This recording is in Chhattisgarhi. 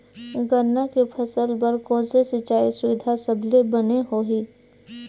गन्ना के फसल बर कोन से सिचाई सुविधा सबले बने होही?